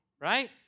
right